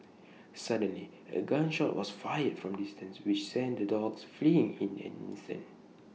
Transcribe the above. suddenly A gun shot was fired from A distance which sent the dogs fleeing in an instant